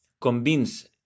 convince